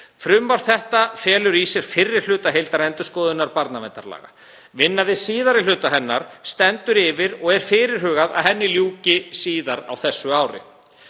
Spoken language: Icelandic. Frumvarp þetta felur í sér fyrri hluta heildarendurskoðunar barnaverndarlaga. Vinna við síðari hluta hennar stendur yfir og er fyrirhugað að henni ljúki síðar á þessu ári.